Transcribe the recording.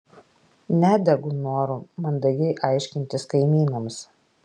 nedegu noru mandagiai aiškintis kaimynams